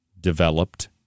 developed